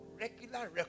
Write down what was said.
regular